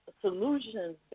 solutions